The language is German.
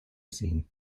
sehen